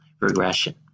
regression